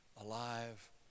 Alive